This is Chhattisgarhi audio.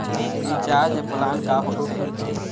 रिचार्ज प्लान का होथे?